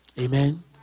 Amen